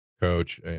coach